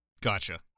Gotcha